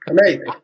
Amazing